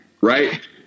right